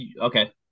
okay